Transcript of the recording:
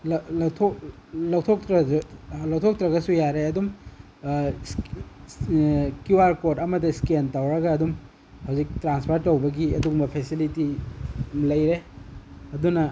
ꯂꯧꯊꯣꯛꯇ꯭ꯔꯁꯨ ꯂꯧꯊꯣꯛꯇ꯭ꯔꯒꯁꯨ ꯌꯥꯔꯦ ꯑꯗꯨꯝ ꯀ꯭ꯌꯨ ꯑꯥꯔ ꯀꯣꯠ ꯑꯃꯗ ꯁ꯭ꯀꯦꯟ ꯇꯧꯔꯒ ꯑꯗꯨꯝ ꯍꯧꯖꯤꯛ ꯇ꯭ꯔꯥꯟꯐꯔ ꯇꯧꯕꯒꯤ ꯑꯗꯨꯒꯨꯝꯕ ꯐꯦꯁꯤꯂꯤꯇꯤ ꯂꯩꯔꯦ ꯑꯗꯨꯅ